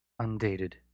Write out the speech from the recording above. Undated